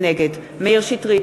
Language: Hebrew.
נגד מאיר שטרית,